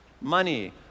Money